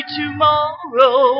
tomorrow